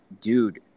dude